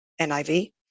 NIV